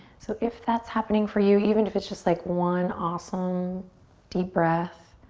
so if that's happening for you, even if it's just like one awesome deep breath,